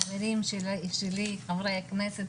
חברים שלי חברי הכנסת,